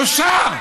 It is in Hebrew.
בושה.